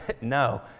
No